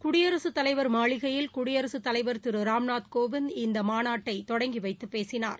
குடியரசு தலைவா் மாளிகையில் குடியரசுத் தலைவா் திரு ராம்நாத் கோவிந்த் இந்த மாநாட்டை தொடங்கி வைத்து பேசினார்